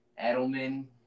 Edelman